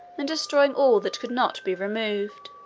and destroying all that could not be removed,